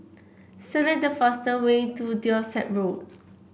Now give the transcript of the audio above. select the fastest way to Dorset Road